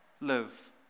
live